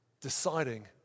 Deciding